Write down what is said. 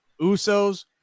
Usos